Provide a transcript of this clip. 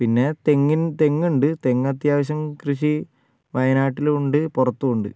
പിന്നെ തെങ്ങിൻ തെങ്ങ് ഉണ്ട് തെങ്ങ് അത്യാവശ്യം കൃഷി വയനാട്ടിലും ഉണ്ട് പുറത്തും ഉണ്ട്